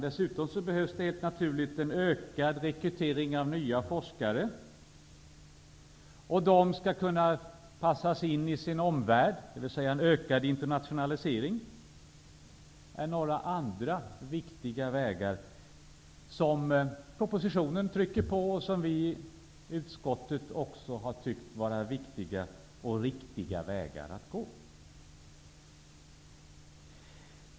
Dessutom behövs en ökad rekrytering av forskare som skall kunna passas in i sin omvärld, dvs. att det krävs en ökad internationalisering. Det är några viktiga vägar som angetts i propositionen och som vi i utskottet också har tyckt är viktiga och riktiga.